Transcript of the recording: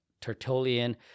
Tertullian